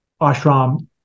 ashram